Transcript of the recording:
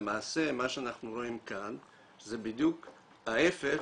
למעשה מה שאנחנו רואים כאן זה בדיוק ההיפך